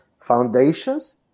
foundations